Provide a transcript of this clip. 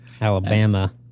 Alabama